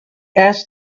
asked